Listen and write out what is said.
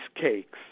cakes